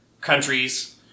countries